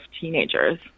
teenagers